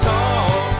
Talk